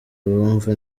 abumva